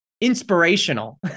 inspirational